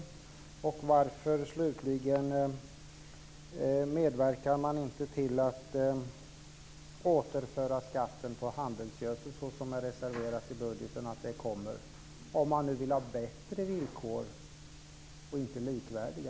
Slutligen, varför medverkar man inte till att återföra skatten på handelsgödsel på det sätt man har reserverat i budgeten, om man nu vill ha bättre villkor och inte likvärdiga?